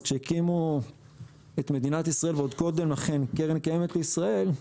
אז שיקימו את מדינת ישראל ועוד קודם לכן קרן קיימת לישראל,